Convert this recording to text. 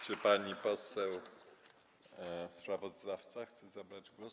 Czy pani poseł sprawozdawca chce zabrać głos?